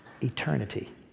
eternity